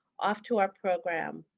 off to our program.